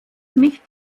nicht